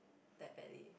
that badly